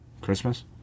Christmas